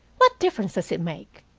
what difference does it make?